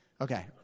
Okay